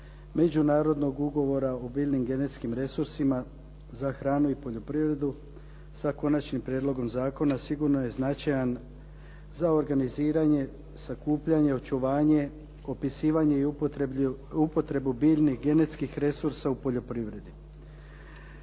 Međunarodnog ugovora o biljnim genetskim resursima za hranu i poljoprivredu sa Konačnim prijedlogom zakona sigurno je značajan za organiziranje, sakupljanje, očuvanje, opisivanje i upotrebu biljnih genetskih resursa u poljoprivredi.